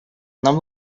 нам